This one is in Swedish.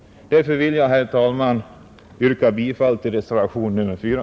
Därför vill jag, herr talman, yrka bifall till reservationen 4.